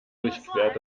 durchquert